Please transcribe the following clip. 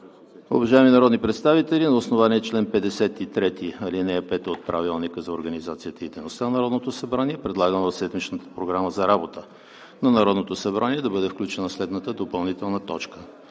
Уважаеми народни представители, на основание чл. 53, ал. 5 от Правилника за организацията и дейността на Народното събрание предлагам в седмичната Програма за работата на Народното събрание да бъде включена следната допълнителна точка: